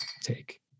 take